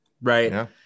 Right